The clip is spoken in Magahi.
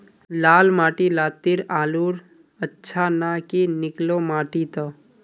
लाल माटी लात्तिर आलूर अच्छा ना की निकलो माटी त?